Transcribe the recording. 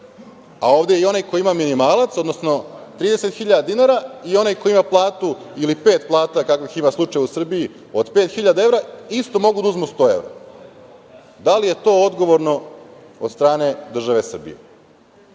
A ovde i onaj ko ima minimalac, odnosno 30.000 dinara i onaj koji ima platu ili pet plata, kakvih ima slučajeva u Srbiji, od 5.000 evra, isto mogu da uzmu 100 evra. Da li je to odgovorno od strane države Srbije?